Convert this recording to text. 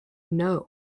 know